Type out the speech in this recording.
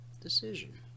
decision